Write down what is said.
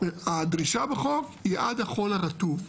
והדרישה בחוק היא עד החול הרטוב,